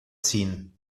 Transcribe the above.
ziehen